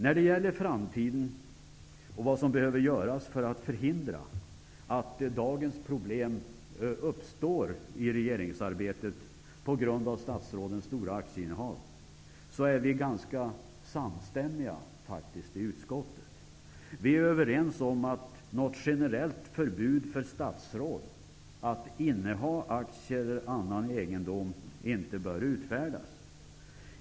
När det gäller framtiden och vad som behöver göras för att förhindra att dagens problem uppstår i regeringsarbetet på grund av statsrådens stora aktieinnehav är vi ganska samstämmiga i utskottet. Vi är överens om att något generellt förbud för statsråd att inneha aktier eller annan egendom inte bör utfärdas.